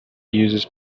uses